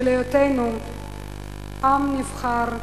של היותנו עם נבחר,